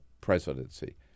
presidency